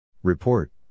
Report